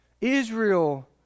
Israel